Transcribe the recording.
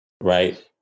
right